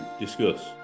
Discuss